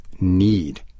need